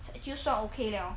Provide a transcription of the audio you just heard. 就算 okay 了